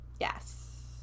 Yes